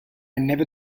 never